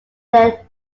their